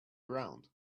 around